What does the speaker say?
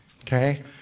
Okay